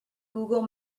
google